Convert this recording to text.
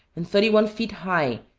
and thirty-one feet high,